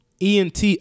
ENT